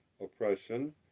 oppression